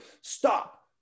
Stop